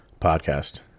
podcast